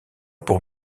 pour